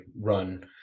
run